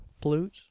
plute